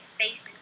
space